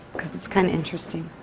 because it's kind of interesting.